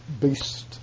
beast